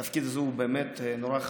התפקיד הזה הוא מאוד חשוב,